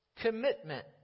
Commitment